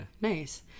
Nice